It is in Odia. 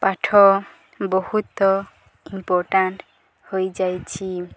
ପାଠ ବହୁତ ଇମ୍ପୋର୍ଟାଣ୍ଟ ହୋଇଯାଇଛି